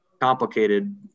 complicated